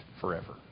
forever